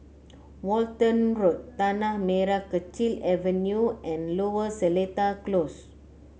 Walton Road Tanah Merah Kechil Avenue and Lower Seletar Close